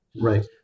Right